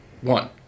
one